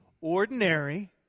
ordinary